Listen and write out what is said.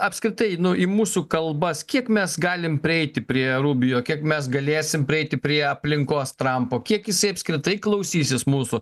apskritai nu į mūsų kalbas kiek mes galim prieiti prie rubio kiek mes galėsim prieiti prie aplinkos trampo kiek jisai apskritai klausysis mūsų